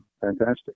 fantastic